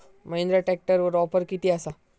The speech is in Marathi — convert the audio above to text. महिंद्रा ट्रॅकटरवर ऑफर किती आसा?